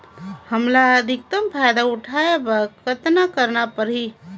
हमला अधिकतम फायदा उठाय बर कतना करना परही?